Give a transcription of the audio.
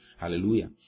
Hallelujah